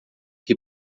que